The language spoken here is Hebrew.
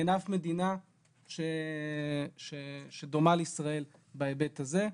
אין אף מדינה שדומה לישראל בהיבט הזה.